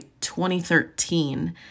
2013